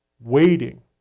waiting